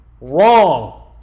Wrong